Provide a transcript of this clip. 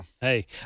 Hey